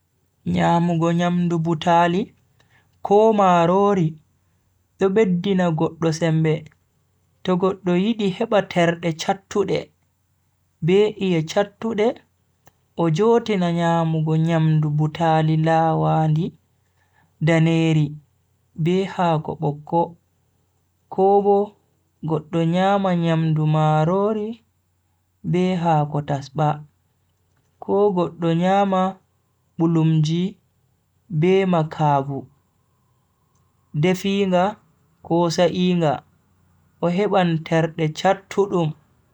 Nyamugo nyamdu butaali ko marori, do beddina goddo sembe. to goddo yidi heba terde chattude, be iye chattude, o jotina nyamugo nyamdu butaali lawandi daneri be haako bokko ko Bo goddo nyama nyamdu marori be haako tasba, ko goddo nyama bulumji be makabu definga ko sa'inga, o heban terde chattude.